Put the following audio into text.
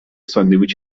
ساندویچ